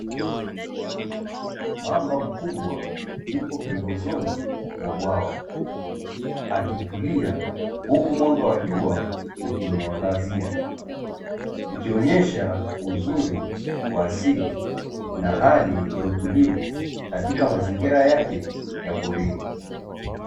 Mamba mkubwa yupo pembezoni mwa bwawa akitulia huku mwanga wa jua ukimuangazia, ikionesha uzuri wa asili na hali ya utulivu katika mazingira yake ya porini.